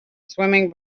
swimming